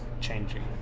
changing